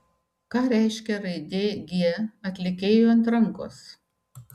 ką reiškia raidė g atlikėjui ant rankos